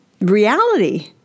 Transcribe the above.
reality